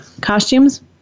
Costumes